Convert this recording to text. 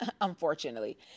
unfortunately